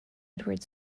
edward